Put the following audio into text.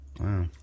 Wow